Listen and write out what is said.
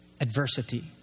adversity